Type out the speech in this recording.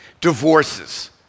divorces